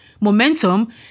momentum